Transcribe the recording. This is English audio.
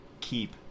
keep